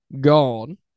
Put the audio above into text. Gone